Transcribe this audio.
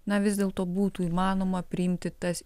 na vis dėlto būtų įmanoma priimti tas